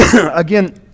again